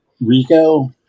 Rico